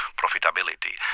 profitability